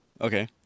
Okay